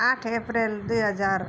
आठ अप्रेल दुई हजार